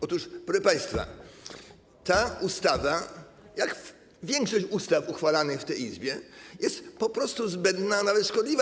Otóż proszę państwa, ta ustawa, jak większość ustaw uchwalanych w tej Izbie, jest po prostu zbędna, a nawet szkodliwa.